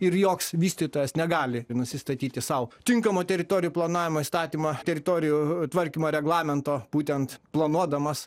ir joks vystytojas negali nusistatyti sau tinkamo teritorijų planavimo įstatymo teritorijų tvarkymo reglamento būtent planuodamas